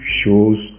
shows